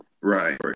Right